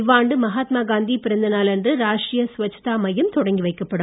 இவ்வாண்டு மகாத்மா காந்தி பிறந்த நாளன்று ராஷ்ட்ரீய ஸ்வச்தா மையம் தொடக்கிவைக்கப் படும்